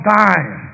time